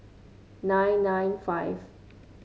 nine nine five